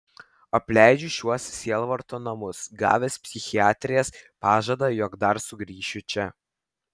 apleidžiu šiuos sielvarto namus gavęs psichiatrės pažadą jog dar sugrįšiu čia